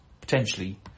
potentially